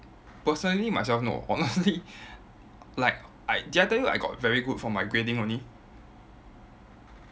personally myself no honestly like I did I tell you I got very good for my grading only